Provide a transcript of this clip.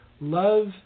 Love